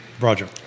Roger